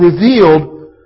revealed